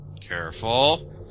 careful